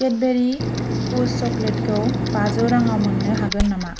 Cadbury Fuse चकलेटखौ बाजौ राङाव मोन्नो हागोन नामा